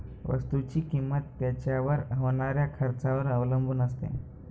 वस्तुची किंमत त्याच्यावर होणाऱ्या खर्चावर अवलंबून असते